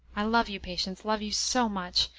i love you, patience love you so much,